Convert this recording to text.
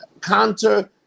counter